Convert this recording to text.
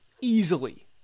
easily